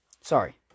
Sorry